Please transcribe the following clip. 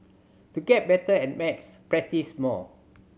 to get better at maths practise more